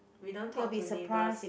we don't talk to neighbors